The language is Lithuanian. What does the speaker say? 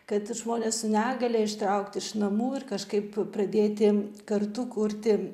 kad žmonės su negalia ištraukt iš namų ir kažkaip pradėti kartu kurti